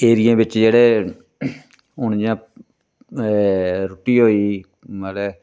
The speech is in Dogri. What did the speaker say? ऐरिये बिच्च जेह्ड़े हून इ'यां रुट्टी होई गेई मतलब